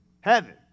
Heaven